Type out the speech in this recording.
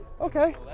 okay